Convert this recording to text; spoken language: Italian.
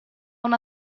una